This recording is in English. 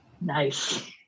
Nice